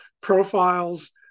profiles